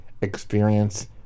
experience